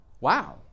Wow